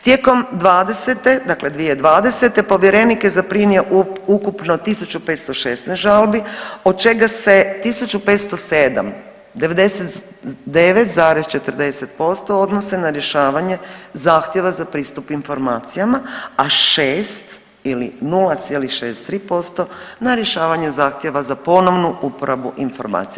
Tijekom '20., dakle 2020. povjerenik je zaprimio ukupno 1.516 žalbi od čega se 1.507 99,40% odnose na rješavanje zahtjeva za pristup informacijama, a 6 ili 0,63% na rješavanje zahtjeva za ponovnu uporabu informacija.